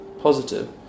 Positive